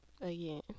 again